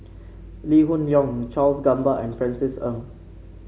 Lee Hoon Leong Charles Gamba and Francis Ng